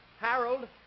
Harold